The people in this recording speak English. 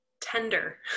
tender